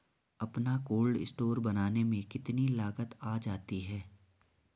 अपना cold store बनाने में कितनी लागत आ जाती है?